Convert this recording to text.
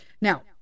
Now